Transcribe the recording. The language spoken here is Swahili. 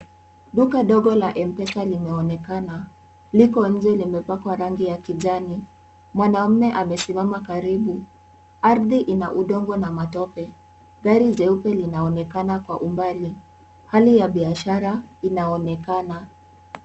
Duka dogo la M-Pesa limeonekana liko nje limepakwa rangi ya kijani. Mwanaume amesimama karibu. Ardhi ina udongo na matope, gari jeupe linaonekana kwa umbali. Hali ya biashara inaonekana.